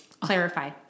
clarify